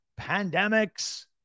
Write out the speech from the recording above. pandemics